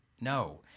no